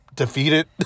Defeated